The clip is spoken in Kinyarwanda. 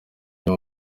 byo